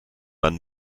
man